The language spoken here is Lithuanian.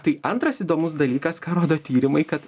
tai antras įdomus dalykas ką rodo tyrimai kad